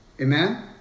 Amen